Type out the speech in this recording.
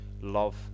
love